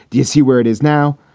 do you see where it is now?